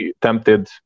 tempted